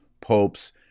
popes